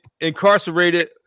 incarcerated